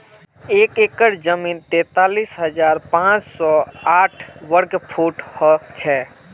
एक एकड़ जमीन तैंतालीस हजार पांच सौ साठ वर्ग फुट हो छे